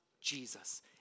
Jesus